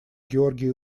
георгий